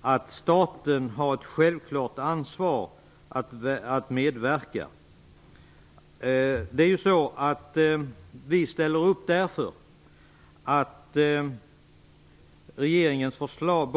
att staten självklart har ett ansvar att medverka. Vi ställer upp bakom regeringens förslag.